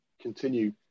continue